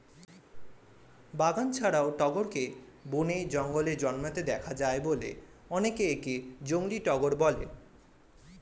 বাগান ছাড়াও টগরকে বনে, জঙ্গলে জন্মাতে দেখা যায় বলে অনেকে একে জংলী টগর বলে